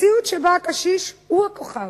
מציאות שבה הקשיש הוא הכוכב: